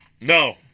No